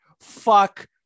Fuck